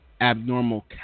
Abnormal